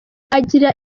agira